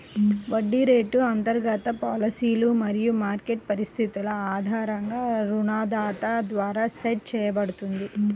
వడ్డీ రేటు అంతర్గత పాలసీలు మరియు మార్కెట్ పరిస్థితుల ఆధారంగా రుణదాత ద్వారా సెట్ చేయబడుతుంది